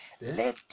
Let